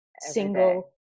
single